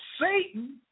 Satan